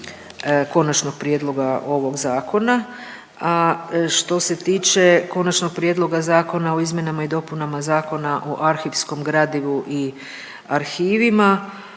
konačnog prijedloga ovog zakona. A što se tiče Konačnog prijedloga Zakona o izmjenama i dopunama Zakona o arhivskom gradivu i arhivima